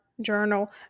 journal